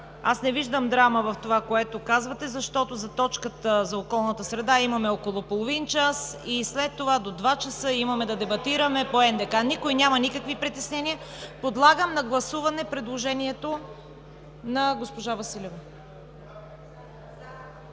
Аз не виждам драма в това, което казвате, защото за точката за околната среда имаме около половин час и след това до 14,00 ч. имаме да дебатираме по НДК. Никой няма никакви притеснения. Подлагам на гласуване предложението на госпожа Василева.